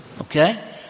okay